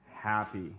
Happy